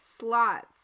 slots